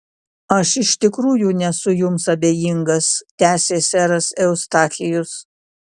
aš iš tikrųjų nesu jums abejingas tęsė seras eustachijus